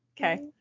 Okay